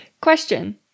Question